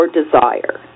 desire